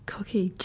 Cookie